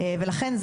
לכן,